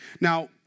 Now